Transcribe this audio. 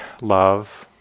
love